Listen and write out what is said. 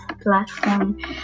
platform